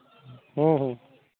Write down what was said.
ᱦᱩᱸ ᱦᱩᱸ